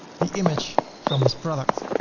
the image from this product.